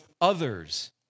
others